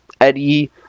Eddie